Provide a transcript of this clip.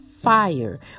fire